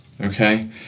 okay